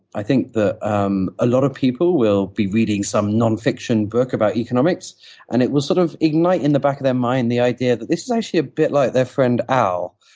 i think that um a lot of people will be reading some non-fiction book about economics and it will sort of ignite in the back of their mind the idea that this is actually a bit like their friend, al,